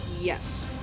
Yes